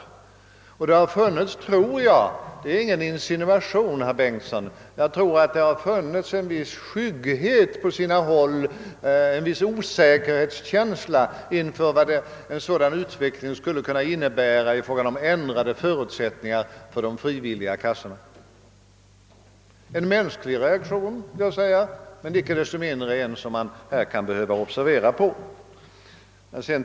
Jag tror att det har funnits — det är ingen insinuation, herr Bengtsson — en viss skygghet på sina håll, en viss osäkerhetskänsla. inför vad en sådan utveckling skulle innebära i fråga om ändrade förutsättningar för de frivilliga kassorna. Det är en mänsklig reaktion, men icke desto mindre en som man här kan behöva lägga märke till.